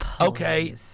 Okay